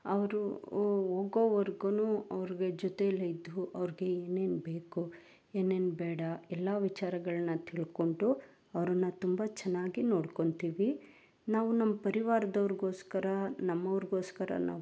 ಅವರು ಹೋಗೋವರ್ಗುನು ಅವ್ರಿಗೆ ಜೊತೆಯಲ್ಲೇ ಇದ್ದು ಅವ್ರಿಗೆ ಏನೇನು ಬೇಕು ಏನೇನು ಬೇಡ ಎಲ್ಲ ವಿಚಾರಗಳನ್ನ ತಿಳಕೊಂಡು ಅವ್ರನ್ನು ತುಂಬ ಚೆನ್ನಾಗಿ ನೋಡ್ಕೋತೀವಿ ನಾವು ನಮ್ಮ ಪರಿವಾರದವರಿಗೋಸ್ಕರ ನಮ್ಮವರಿಗೋಸ್ಕರ ನಾವು